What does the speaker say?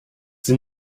denn